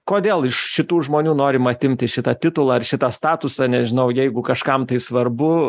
kodėl iš šitų žmonių norima atimti šitą titulą ar šitą statusą nežinau jeigu kažkam tai svarbu